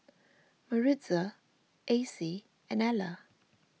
Maritza Acie and Ela